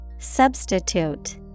Substitute